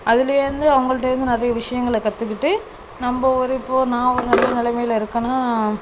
அதிலேருந்து அவங்கள்டேருந்து நிறைய விஷயங்களை கற்றுக்கிட்டு நம்ப ஒரு இப்போது நான் ஒரு நல்ல நிலைமையில் இருக்கேன்னால்